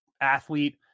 athlete